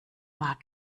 mag